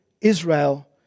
Israel